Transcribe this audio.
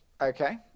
okay